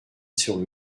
sur